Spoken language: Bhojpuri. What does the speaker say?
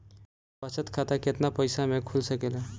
बचत खाता केतना पइसा मे खुल सकेला?